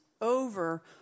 over